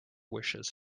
wishes